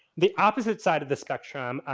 the opposite side of the spectrum,